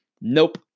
nope